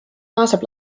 naaseb